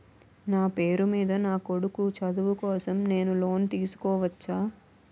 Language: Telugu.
నా పేరు మీద నా కొడుకు చదువు కోసం నేను లోన్ తీసుకోవచ్చా?